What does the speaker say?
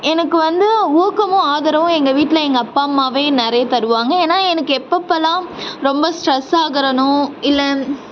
எனக்கு வந்து ஊக்கமும் ஆதரவும் எங்கள் வீட்டில் எங்கள் அப்பா அம்மாவே நிறைய தருவாங்க ஏன்னால் எனக்கு எப்போது எப்போல்லாம் ரொம்ப ஸ்ட்ரெஸ் ஆகிறேனோ இல்லை